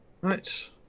Right